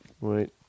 right